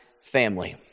family